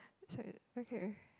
it's like okay